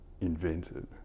invented